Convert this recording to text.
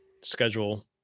schedule